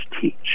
teach